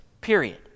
period